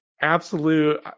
absolute